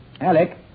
Alec